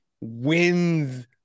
wins